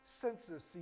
Census